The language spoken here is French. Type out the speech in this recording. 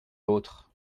l’autre